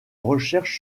recherche